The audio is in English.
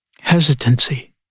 Hesitancy